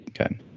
okay